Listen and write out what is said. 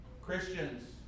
Christians